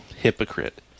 Hypocrite